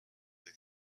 they